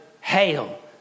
hail